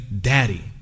Daddy